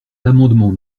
l’amendement